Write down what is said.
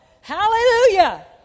Hallelujah